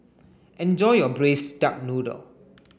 enjoy your braised duck noodle